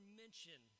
mention